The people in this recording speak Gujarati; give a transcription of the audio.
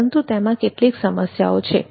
પરંતુ તેમાં કેટલીક સમસ્યાઓ છે